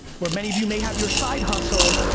where many of you may have your side hustle,